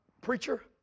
preacher